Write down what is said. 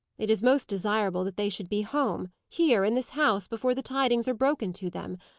it is most desirable that they should be home, here, in this house, before the tidings are broken to them.